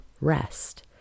rest